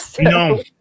No